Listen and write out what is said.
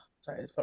sorry